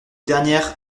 dernières